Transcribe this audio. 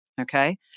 okay